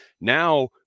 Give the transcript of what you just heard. now